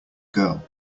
girl